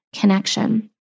connection